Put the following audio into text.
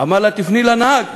אמר לה: תפני לנהג.